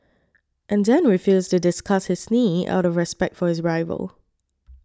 and then refused to discuss his knee out of respect for his rival